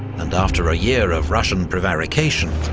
and after a year of russian prevarication,